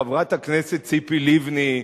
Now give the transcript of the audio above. חברת הכנסת ציפי לבני,